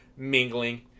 mingling